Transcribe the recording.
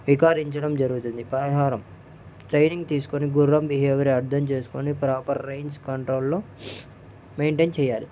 వికారించడం జరుగుతుంది పరిహారం ట్రైనింగ్ తీసుకుని గుర్రం బిహేవియర్ అర్థం చేసుకుని ప్రాపర్ రేంజ్ కంట్రోల్లో మెయింటెయిన్ చెయ్యాలి